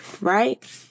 Right